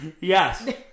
Yes